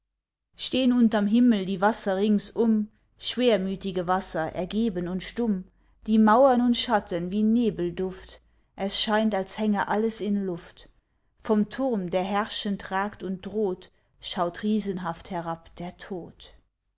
stehn unterm himmel die wasser ringsum schwermütige wasser ergeben und stumm die mauern und schatten wie nebelduft es scheint als hänge alles in luft vom turm der herrschend ragt und droht schaut riesenhaft herab der tod